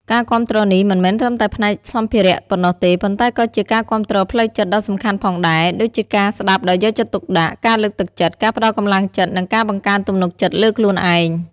ការគាំទ្រនេះមិនមែនត្រឹមតែផ្នែកសម្ភារៈប៉ុណ្ណោះទេ ប៉ុន្តែក៏ជា ការគាំទ្រផ្លូវចិត្ត ដ៏សំខាន់ផងដែរ ដូចជាការស្ដាប់ដោយយកចិត្តទុកដាក់ ការលើកទឹកចិត្ត ការផ្ដល់កម្លាំងចិត្ត និងការបង្កើនទំនុកចិត្តលើខ្លួនឯង។